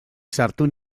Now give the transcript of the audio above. sartu